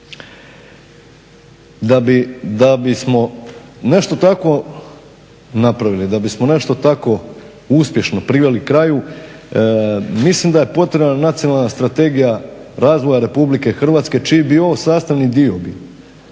Da bismo nešto takvo napravili, da bismo nešto takvo uspješno priveli kraju mislim da je potrebna nacionalna strategija razvoja Republike Hrvatske čiji bio ovo sastavni dio bio,